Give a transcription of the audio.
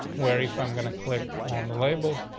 where if i'm going to click on the label,